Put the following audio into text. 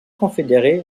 confédérée